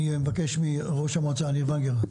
אני מבקש מראש המועצה, ניר ונגר.